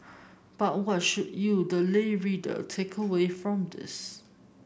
but what should you the lay reader take away from this